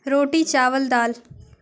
روٹی چاول دال